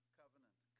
covenant